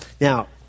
Now